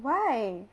why